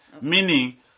Meaning